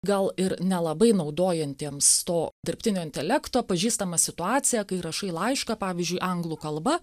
gal ir nelabai naudojantiems to dirbtinio intelekto pažįstama situacija kai rašai laišką pavyzdžiui anglų kalba